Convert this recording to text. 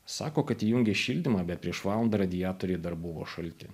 sako kad įjungė šildymą bet prieš valandą radiatoriai dar buvo šalti